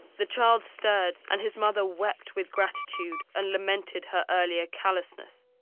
the child stirred, and his mother wept with gratitude and lamented her earlier callousness,